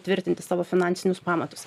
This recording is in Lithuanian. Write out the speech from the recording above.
tvirtinti savo finansinius pamatus